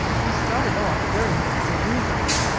we started off very much as usual,